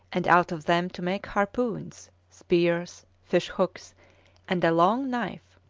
and out of them to make harpoons, spears, fish hooks and a long knife.